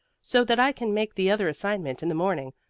so that i can make the other assignment in the morning,